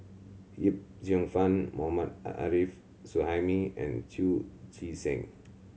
Yip Cheong Fun Mohammad Arif Suhaimi and Chu Chee Seng